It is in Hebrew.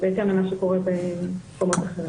בהתאם למה שקורה במקומות אחרים.